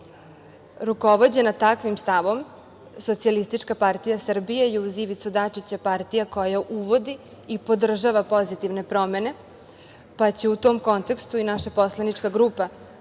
Rukovođena takvim stavom, SPS je uz Ivicu Dačića partija koja uvodi i podržava pozitivne promene, pa će u tom kontekstu i naša poslanička grupa